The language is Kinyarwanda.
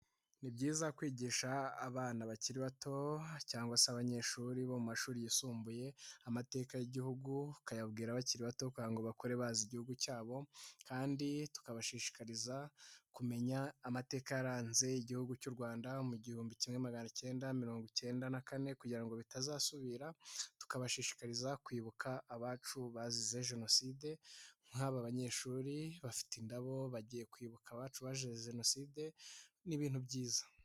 NI byiza kwigisha abana bakiri bato cyangwa se abanyeshuri bo mu mashuri yisumbuye amateka y'igihugu, ukayabwira bakiri bato kandi ngo bakure baze igihugu cyabo kandi tukabashishikariza kumenya amateka yaranze igihugu cy'u Rwanda, mu gihumbi kimwe maganacyenda mirongo icyenda na kane kugira ngo bitazasubira. Tukabashishikariza kwibuka abacu bazize jenoside nk'abanyeshuri bafite indabo bagiye kwibuka abacu bazize jenoside ni ibintu byiza.